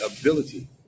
ability